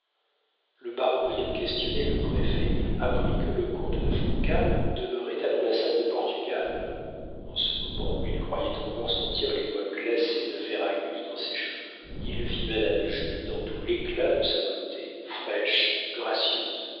le baron ayant questionné le préfet apprit que le comte de funcal demeurait à l'ambassade de portugal en ce moment où il croyait encore sentir les doigts glacés de ferragus dans ses cheveux il vit madame jules dans tout l'éclat de sa beauté fraîche gracieuse